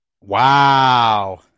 Wow